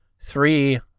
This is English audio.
three